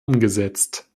umgesetzt